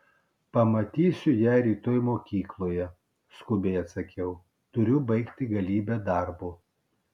pamatysiu ją rytoj mokykloje skubiai atsakiau turiu baigti galybę darbo